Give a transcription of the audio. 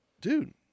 dude